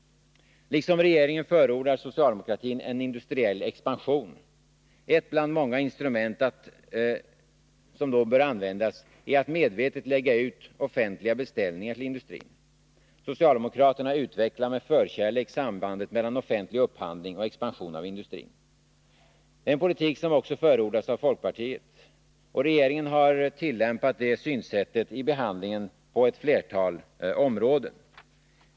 Liksom regeringen förordar socialdemokratin en industriell expansion. Ett bland många instrument som då bör användas är att man medvetet lägger ut offentliga beställningar till industrin. Socialdemokraterna utvecklar med förkärlek sambandet mellan offentlig upphandling och expansion av industrin. Det är en politik som också förordats av folkpartiet. Och regeringen har tillämpat det synsättet på flera områden.